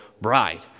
bride